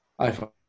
iPhone